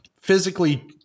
physically